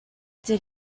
did